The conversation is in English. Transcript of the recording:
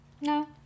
no